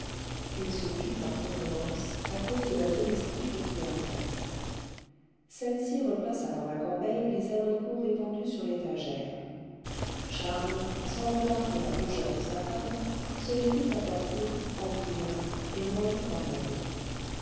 il se tut par convenance à cause de la domestique qui entrait celle-ci replaça dans la corbeille les abricots répandus sur l'étagère charles sans remarquer la rougeur de sa femme se les fit apporter en prit un et mordit à même